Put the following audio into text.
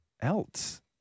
else